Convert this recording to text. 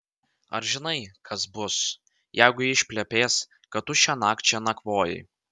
ar žinai kas bus jeigu ji išplepės kad tu šiąnakt čia nakvojai